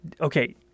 okay